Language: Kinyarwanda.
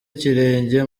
ikirenge